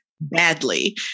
badly